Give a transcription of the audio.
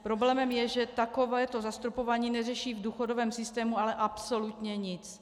Problémem je, že takovéto zastropování neřeší v důchodovém systému ale absolutně nic.